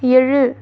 ஏழு